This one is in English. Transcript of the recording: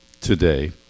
today